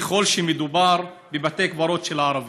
ככל שמדובר בבתי קברות של ערבים.